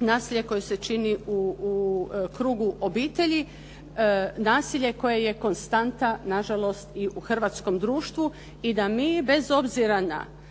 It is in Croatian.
nasilje koje se čini u krugu obitelji nasilje koje je konstanta nažalost i u hrvatskom društvu i da mi bez obzira i